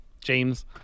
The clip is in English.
James